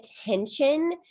attention